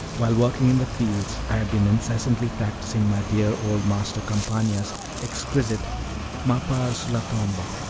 while working in the fields, i had been incessantly practicing my dear old master campana's exquisite m'appar sulla tomba,